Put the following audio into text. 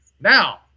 Now